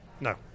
No